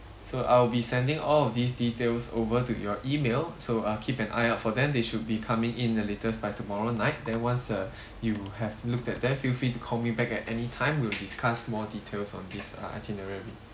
so I'll be sending all of these details over to your email so uh keep an eye out for them they should becoming in the latest by tomorrow night then once uh you have looked at them feel free to call me back at anytime we'll discuss more details on this uh itinerary